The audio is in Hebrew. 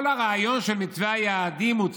כל הרעיון של מתווה היעדים הוא צורם.